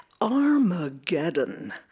Armageddon